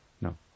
no